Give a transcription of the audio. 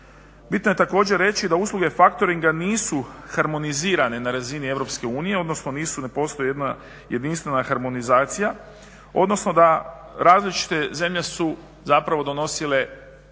Bitno je također reći da usluge factoringa nisu harmonizirane na razini EU, odnosno nisu, ne postoji jedna jedinstvena harmonizacija, odnosno da različite zemlje su zapravo donosile